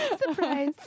Surprise